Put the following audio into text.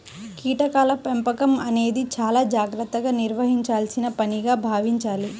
కీటకాల పెంపకం అనేది చాలా జాగర్తగా నిర్వహించాల్సిన పనిగా భావించాలి